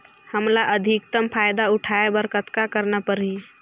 हमला अधिकतम फायदा उठाय बर कतना करना परही?